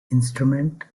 instrument